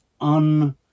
un